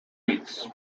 its